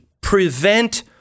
prevent